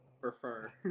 Prefer